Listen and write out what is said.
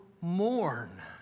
mourn